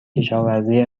کشاوزی